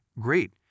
great